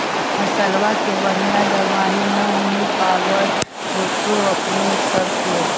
फसलबा के बढ़िया दमाहि न मिल पाबर होतो अपने सब के?